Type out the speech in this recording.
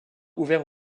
ouverts